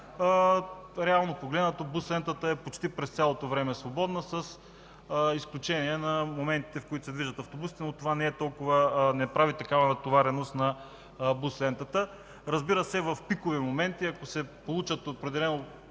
Реално погледнато бус лентата почти през цялото време е свободна, с изключение на моментите, в които се движат автобусите, но това не прави такава натовареност на бус лентата. В пикови моменти, ако се получи